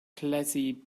glossy